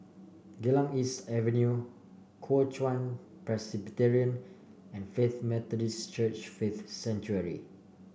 Geylang East Avenue Kuo Chuan Presbyterian and Faith Methodist Church Faith Sanctuary